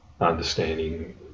understanding